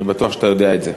אני בטוח שאתה יודע את זה.